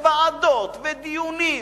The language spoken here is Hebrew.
ועדות ודיונים.